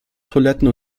toiletten